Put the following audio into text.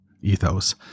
ethos